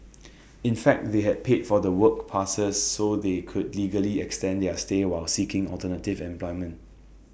in fact they had paid for the work passes so they could legally extend their stay while seeking alternative employment